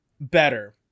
better